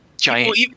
giant